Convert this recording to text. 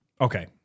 Okay